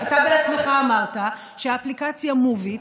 אתה בעצמך אמרת שהאפליקציה Moovit,